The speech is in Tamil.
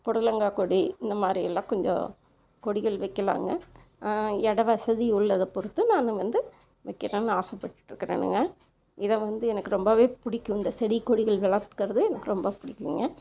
புடலங்காய் கொடி இந்த மாதிரி எல்லாம் கொஞ்சம் கொடிகள் வைக்கலாங்க இடம் வசதி உள்ளதை பொறுத்து நானு வந்து வைக்கலாம்னு ஆசைப்பட்டுட்ருக்கறேனுங்க இதை வந்து எனக்கு ரொம்பவே பிடிக்கும் இந்த செடி கொடிகள்களாக எனக்கு ரொம்ப பிடிக்குங்க